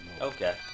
Okay